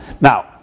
now